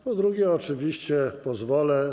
Po drugie, oczywiście pozwolę.